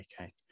Okay